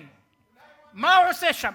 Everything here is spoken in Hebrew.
מה הוא עושה שם?